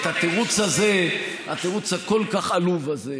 את התירוץ הזה, התירוץ הכל-כך עלוב הזה,